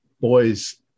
boys